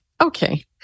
Okay